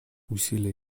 усилия